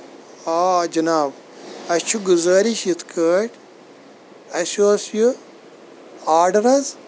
آ جِناب اَسہِ چھِ گُزٲرِش یِتھ کٲٹھۍ اَسہِ اوس یہِ آرڈر حظ